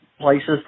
places